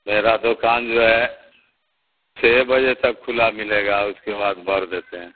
میرا دکان جو ہے چھ بجے تک کھلا ملے گا اس کے بعد بھر دیتے ہیں